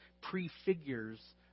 prefigures